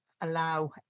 allow